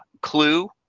clue